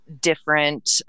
different